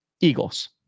Eagles